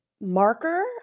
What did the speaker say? marker